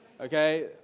Okay